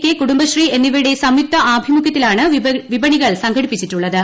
K Kudumbashree എന്നിവയുടെ സംയുക്ത ആഭിമുഖൃത്തിലാണ് വിപണികൾ സംഘടിപ്പിക്കപ്പെട്ടിട്ടുളളത്